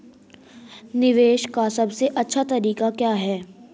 निवेश का सबसे अच्छा तरीका क्या है?